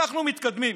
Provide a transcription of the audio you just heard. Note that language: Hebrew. אנחנו מתקדמים.